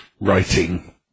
writing